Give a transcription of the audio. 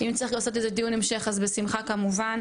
אם צריך לעשות דיון המשך, אז בשמחה כמובן.